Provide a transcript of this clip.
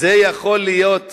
יכולה להיות